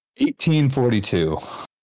1842